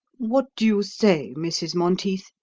what do you say, mrs. monteith,